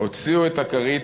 הוציאו את הכרית